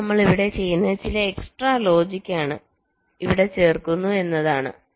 ഇപ്പോൾ നമ്മൾ ഇവിടെ ചെയ്യുന്നത് ചില എക്സ്ട്രാ ലോജിക് ഇവിടെ ചേർക്കുന്നു എന്നതാണ്